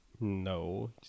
No